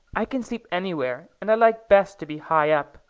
i can sleep anywhere, and i like best to be high up.